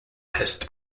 pest